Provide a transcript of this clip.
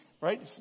right